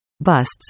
Busts